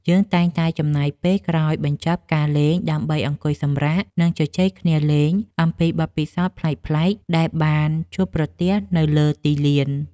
យើងតែងតែចំណាយពេលក្រោយបញ្ចប់ការលេងដើម្បីអង្គុយសម្រាក និងជជែកគ្នាលេងអំពីបទពិសោធន៍ប្លែកៗដែលបានជួបប្រទះនៅលើទីលាន។